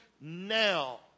now